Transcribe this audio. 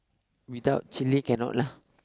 without chili cannot lah